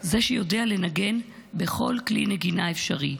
זה שיודע לנגן בכל כלי נגינה אפשרי,